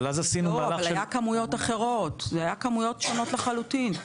אבל זה היה כמות אחרות שונות לחלוטין.